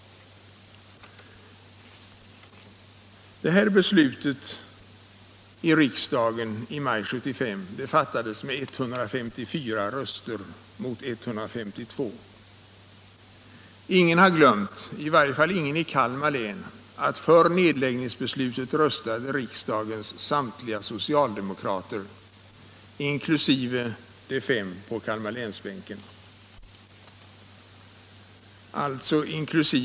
Beslutet i riksdagen i maj 1975 fattades med 154 röster mot 152. Ingen har glömt — i varje fall ingen i Kalmar län — att för nedläggningsbeslutet röstade riksdagens samtliga socialdemokrater, inkl. de fem från Kalmarbänken, alltså inkl.